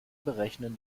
berechnen